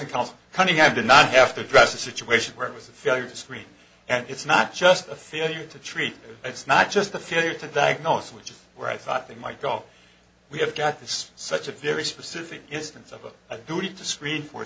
coming i did not have to address a situation where it was a failure to screen and it's not just a failure to treat it's not just the failure to diagnose which is where i thought they might go we have got this such a very specific instance of a duty to screen for